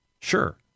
sure